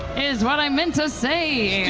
is what i meant to say.